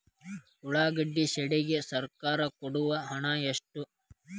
ಉಳ್ಳಾಗಡ್ಡಿ ಶೆಡ್ ಗೆ ಸರ್ಕಾರ ಕೊಡು ಹಣ ಎಷ್ಟು?